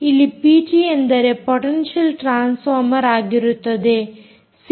ಇಲ್ಲಿ ಪಿಟಿ ಅಂದರೆ potential transformer ಆಗಿರುತ್ತದೆ